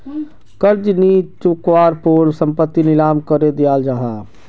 कर्ज नि चुक्वार पोर संपत्ति नीलाम करे दियाल जाहा